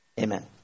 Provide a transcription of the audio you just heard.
Amen